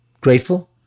grateful